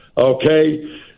Okay